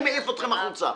אני מעיף אתכם החוצה.